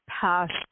passed